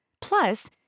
plus